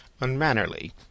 unmannerly